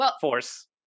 Force